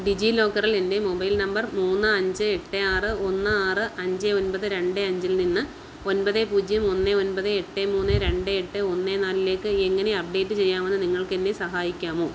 ഡിജിലോക്കറിൽ എൻ്റെ mobile number മൂന്ന് അഞ്ച് എട്ട് ആറ് ഒന്ന് ആറ് അഞ്ച് ഒൻപത് രണ്ട് അഞ്ചിൽനിന്ന് ഒൻപത് പൂജ്യം ഒന്ന് ഒൻപത് എട്ട് മൂന്ന് രണ്ട് എട്ട് ഒന്ന് നാലിലേക്ക് എങ്ങനെ അപ്ഡേറ്റ് ചെയ്യാമെന്ന് നിങ്ങൾക്ക് എന്നെ സഹായിക്കാമോ